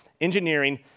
engineering